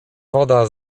woda